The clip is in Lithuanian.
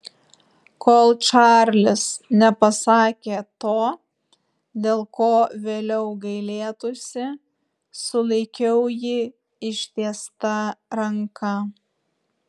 kol čarlis nepasakė to dėl ko vėliau gailėtųsi sulaikiau jį ištiesta ranka